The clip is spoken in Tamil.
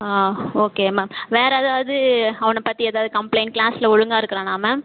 ஆ ஓகே மேம் வேறு எதாவது அவனை பற்றி எதாவது கம்ப்ளைண்ட் க்ளாஸ்ஸில் ஒழுங்காக இருக்குரானா மேம்